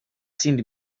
seemed